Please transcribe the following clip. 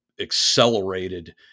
accelerated